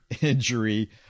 injury